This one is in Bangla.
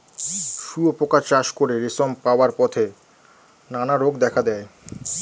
শুঁয়োপোকা চাষ করে রেশম পাওয়ার পথে নানা রোগ দেখা দেয়